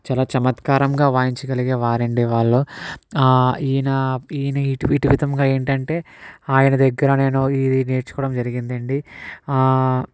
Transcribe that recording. చాలా చమత్కారంగా వాయించగలిగే వారు అండి వాళ్ళు ఈయన ఈయన వీటి విధముగా ఏంటి అంటే ఆయన దగ్గర నేను ఇది నేర్చుకోవడం జరిగింది అండి